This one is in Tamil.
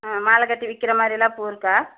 ஆ மாலைக்கட்டி விக்கிறமாதிரிலாம் பூ இருக்கா